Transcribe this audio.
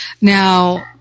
Now